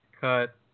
cut